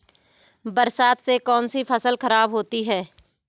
बरसात से कौन सी फसल खराब होती है?